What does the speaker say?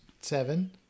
seven